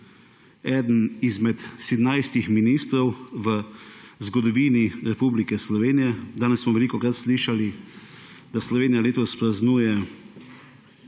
eden izmed sedemnajstih ministrov v zgodovini Republike Slovenije. Danes smo velikokrat slišali, da Slovenija letos praznuje